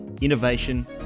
innovation